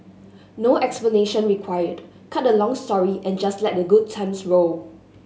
no explanation required cut the long story and just let the good times roll